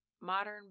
modern